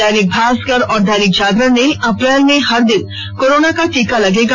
दैनिक भास्कर और दैनिक जागरण ने अप्रैल में हर दिन कोरोना का टीका लगेगा